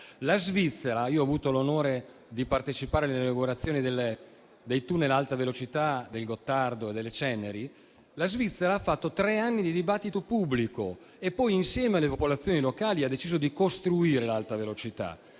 costruzione. Io ho avuto l'onore di partecipare all'inaugurazione del tunnel dell'alta velocità del Gottardo e del Monte Ceneri: la Svizzera ha fatto tre anni di dibattito pubblico e poi, insieme alle popolazioni locali, ha deciso di costruire l'alta velocità.